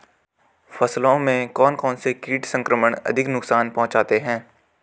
फसलों में कौन कौन से कीट संक्रमण अधिक नुकसान पहुंचाते हैं?